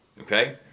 Okay